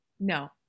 No